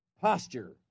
posture